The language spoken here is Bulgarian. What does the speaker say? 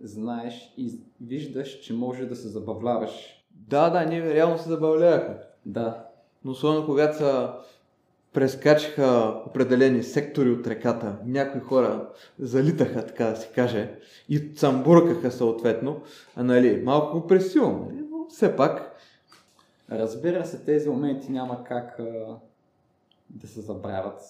знаеш и виждаш, че може да се забавляваш. Да, да, ние реално се забавлявахме. Да. Но условно, когато са прескачаха определени сектори от реката, някои хора залитаха, така да си каже, и цамбуркаха съответно, а, нали, малко пресилно, нали, но все пак. Разбира се, тези моменти няма как, а, да се забравят.